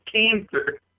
Cancer